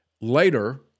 later